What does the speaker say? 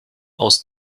aus